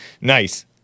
Nice